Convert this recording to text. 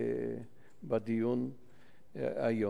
בדיון היום.